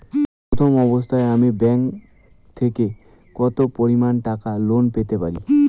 প্রথম অবস্থায় আমি ব্যাংক থেকে কত পরিমান টাকা লোন পেতে পারি?